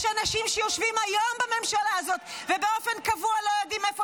יש אנשים שיושבים בממשלה הזאת ובאופן קבוע לא יודעים איפה